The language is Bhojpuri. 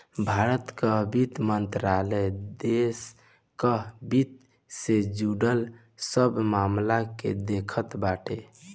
भारत कअ वित्त मंत्रालय देस कअ वित्त से जुड़ल सब मामल के देखत बाटे